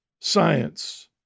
science